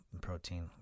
protein